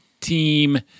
team